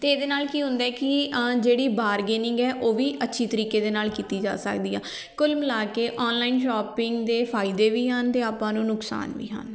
ਅਤੇ ਇਹਦੇ ਨਾਲ ਕੀ ਹੁੰਦਾ ਕਿ ਜਿਹੜੀ ਬਾਰਗੇਨਿੰਗ ਹੈ ਉਹ ਵੀ ਅੱਛੀ ਤਰੀਕੇ ਦੇ ਨਾਲ ਕੀਤੀ ਜਾ ਸਕਦੀ ਆ ਕੁੱਲ ਮਿਲਾ ਕੇ ਔਨਲਾਈਨ ਸ਼ਾਪਿੰਗ ਦੇ ਫਾਇਦੇ ਵੀ ਹਨ ਅਤੇ ਆਪਾਂ ਨੂੰ ਨੁਕਸਾਨ ਵੀ ਹਨ